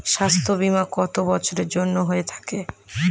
স্বাস্থ্যবীমা কত বছরের জন্য হয়ে থাকে?